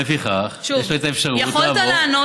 לפיכך יש לך אפשרות לעבור,